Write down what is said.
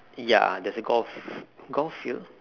ya there's a golf golf field